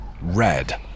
red